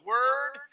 Word